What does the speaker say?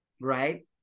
Right